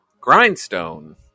Grindstone